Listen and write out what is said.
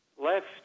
left